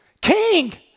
King